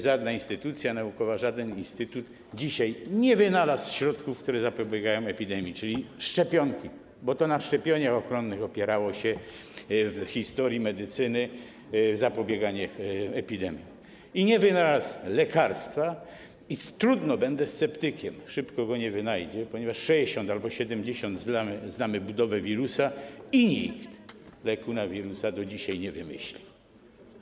żadna instytucja naukowa, żaden instytut dzisiaj nie wynalazły środków, które zapobiegają epidemii, czyli szczepionki, bo to na szczepieniach ochronnych opierało się w historii medycyny zapobieganie epidemiom, ani nie wynalazły lekarstwa i - trudno, będę sceptykiem - szybko go nie wynajdą, ponieważ 60 albo 70 lat znamy budowę wirusa i nikt leku na wirusa do dzisiaj nie wymyślił.